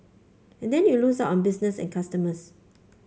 and then you lose out on business and customers